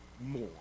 more